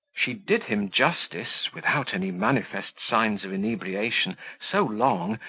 she did him justice, without any manifest signs of inebriation, so long,